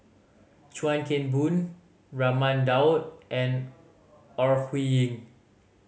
Chuan Keng Boon Raman Daud and Ore Huiying